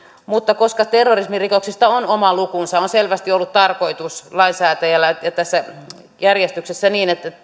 mutta koska terrorismirikoksista on oma lukunsa on selvästi ollut tarkoitus lainsäätäjällä ja tässä järjestyksessä että